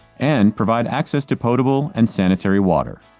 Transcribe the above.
and provide access to potable and sanitary water.